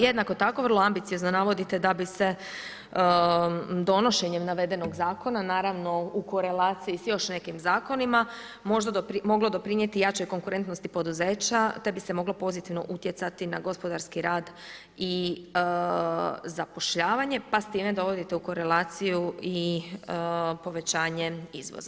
Jednako tako, vrlo ambiciozno navodite da bi se donošenjem navedenog zakona naravno u koleraciji sa još nekim zakonima možda moglo doprinijeti jačoj konkurentnosti poduzeća te bi se moglo pozitivno utjecati na gospodarski rad i zapošljavanje, pa s time dovodite u koleraciju i povećanje izvoza.